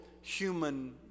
human